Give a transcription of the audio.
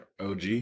OG